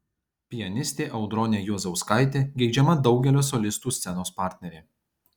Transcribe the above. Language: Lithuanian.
pianistė audronė juozauskaitė geidžiama daugelio solistų scenos partnerė